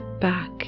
back